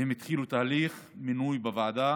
והם התחילו תהליך מינוי בוועדה